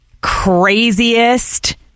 craziest